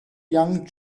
young